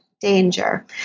Danger